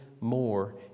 more